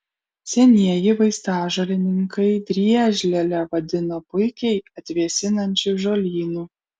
senieji vaistažolininkai driežlielę vadino puikiai atvėsinančiu žolynu